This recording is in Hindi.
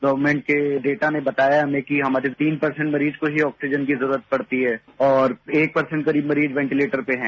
गवर्मेट के डेटा ने बताया हमें कि तीन परर्सेंट मरीज को ही ऑक्सीजन की जरूरत पड़ती है और एक परर्सेंट करीब मरीज वेटिंलेटर पर हैं